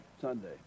Sunday